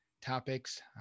topics